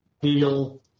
heal